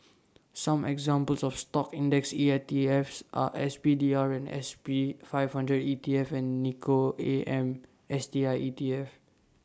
some examples of stock index EITFs are S P D R and S P five hundred E T F and Nikko A M S T I E T F